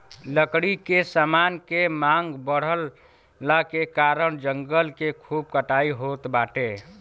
लकड़ी के समान के मांग बढ़ला के कारण जंगल के खूब कटाई होत बाटे